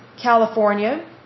California